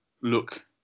look